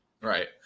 Right